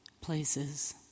places